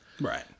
Right